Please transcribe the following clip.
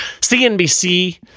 CNBC